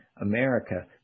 America